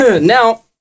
Now